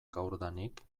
gaurdanik